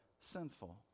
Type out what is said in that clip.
sinful